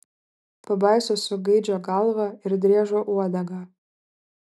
pabaisa su gaidžio galva ir driežo uodega